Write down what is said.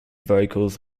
vocals